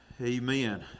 Amen